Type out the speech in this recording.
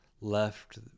left